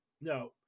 no